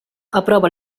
aprova